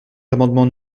l’amendement